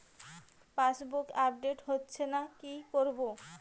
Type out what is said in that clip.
Passbook update হচ্ছেনা কি করবো?